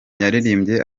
yaririmbye